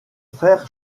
frère